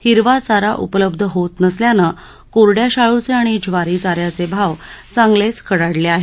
हिरवा चारा उपलब्ध होत नसल्यानं कोरङ्या शाळूचे आणि ज्वारी चाऱ्याचे भाव चांगलेच कडाडले आहे